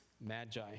magi